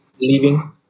leaving